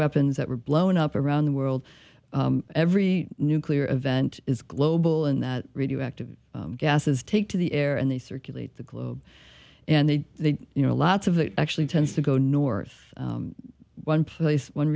weapons that were blown up around the world every nuclear event is global in that radioactive gases take to the air and they circulate the globe and then they you know lots of that actually tends to go north one place one